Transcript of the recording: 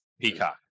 Peacock